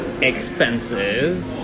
expensive